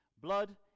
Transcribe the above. Blood